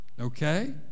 okay